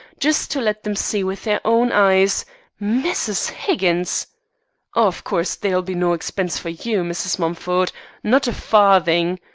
just to let them see with their own eyes mrs. higgins of course there'll be no expense for you, mrs. mumford not a farthing.